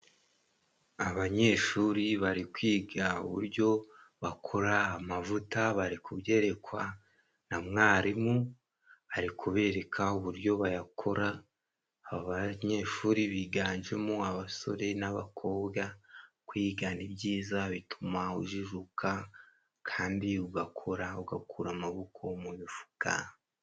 Abanyeshuri bari kwiga uburyo bakora amavuta bari kubyerekwa na mwarimu, ari kubereka uburyo bayakora abanyeshuri biganjemo abasore n'abakobwa. Kwigana ibyiza bituma ujijuka kandi ugakora ugakura amaboko mu mifuka.